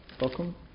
Welcome